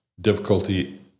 difficulty